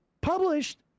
published